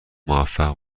موفق